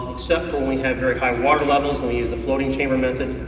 except for when we have higher water levels and we use the floating chamber method.